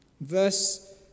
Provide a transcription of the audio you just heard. Verse